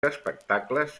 espectacles